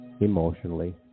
emotionally